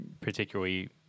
particularly